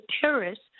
terrorists